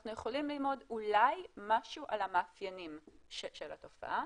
אנחנו יכולים ללמוד אולי משהו על המאפיינים של התופעה.